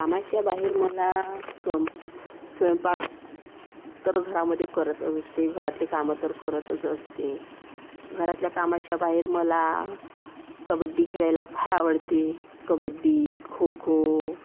कामाच्या बाहेर मला स्वयं स्वयंपाक तर घरामध्ये करतच असते घरातले कामं तर करतच असते घरातल्या कामाच्या बाहेर मला कबड्डी खेळायला फार आवडते कबड्डी खोखो